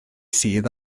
sydd